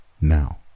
Now